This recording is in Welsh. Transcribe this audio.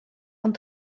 ond